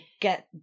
get